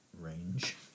range